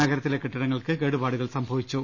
നഗരത്തിലെ കെട്ടിടങ്ങൾക്ക് ക്രേടുപാടുകൾ സംഭവിച്ചു